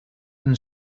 and